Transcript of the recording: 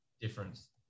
difference